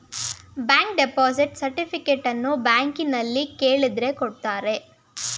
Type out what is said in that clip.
bank deposit ಸರ್ಟಿಫಿಕೇಟನ್ನು ಬ್ಯಾಂಕ್ನಲ್ಲಿ ಕೇಳಿದ್ರೆ ಕೊಡ್ತಾರೆ